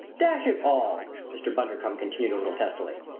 dash it all! mr. bundercombe continued a little testily.